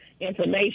information